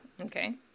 okay